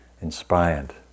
inspired